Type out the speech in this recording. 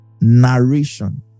narration